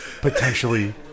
potentially